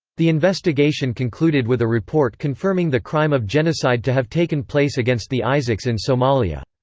the investigation concluded with a report confirming the crime of genocide to have taken place against the isaaqs in somalia.